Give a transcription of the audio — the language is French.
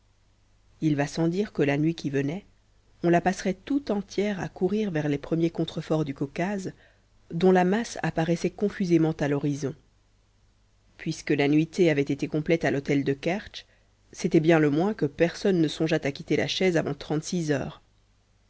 il va sans dire que la nuit qui venait on la passerait tout entière à courir vers les premiers contreforts du caucase dont la masse apparaissait confusément à l'horizon puisque la nuitée avait été complète à l'hôtel de kertsch c'était bien le moins que personne ne songeât à quitter la chaise avant trente-six heures